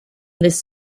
this